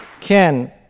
Ken